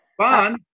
Fun